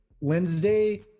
Wednesday